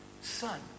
Son